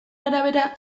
arabera